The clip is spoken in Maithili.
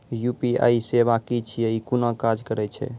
यु.पी.आई सेवा की छियै? ई कूना काज करै छै?